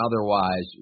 otherwise